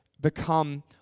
become